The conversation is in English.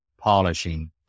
polishing